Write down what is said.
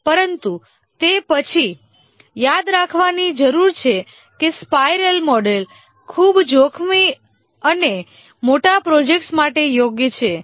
પરંતુ તે પછી યાદ રાખવાની જરૂર છે કે સ્પાઇરલ મોડેલ ખૂબ જોખમીઅને મોટા પ્રોજેક્ટ્સ માટે યોગ્ય છે